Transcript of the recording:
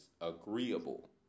agreeable